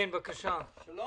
שלום